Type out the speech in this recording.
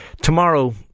tomorrow